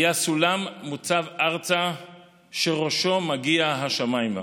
היה סולם מוצב ארצה שראשו מגיע השמיימה: